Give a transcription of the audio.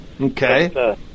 Okay